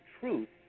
Truth